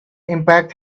impact